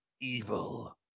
Evil